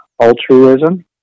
altruism